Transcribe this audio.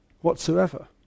whatsoever